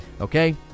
okay